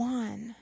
one